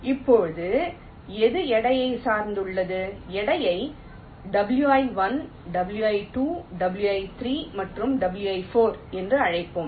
இப்போது அது எடையை சார்ந்துள்ளது எடையை wi1 wi 2 wi3 மற்றும் wi4 என்று அழைப்போம்